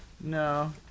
no